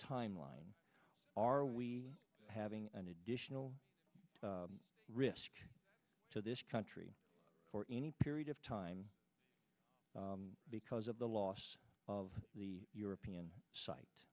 timeline are we having an additional risk to this country for any period of time because of the loss of the european site